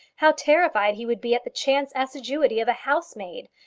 how terrified he would be at the chance assiduity of a housemaid!